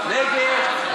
להצביע.